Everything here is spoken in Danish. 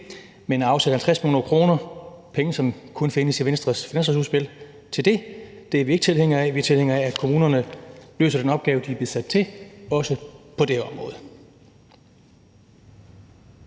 men at afsætte 50 mio. kr. – penge, som kun findes i Venstres finanslovsudspil – til det er vi ikke tilhængere af. Vi er tilhængere af, at kommunerne løser den opgave, de er blevet sat til, også på det område.